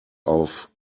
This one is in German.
auf